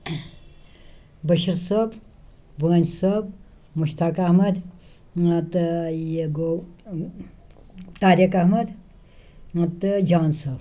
بٔشیٖر صٲب وٲنۍ صٲب مشتاق احمد تہٕ یہِ گوٚو طاریق احمد تہٕ جان صٲب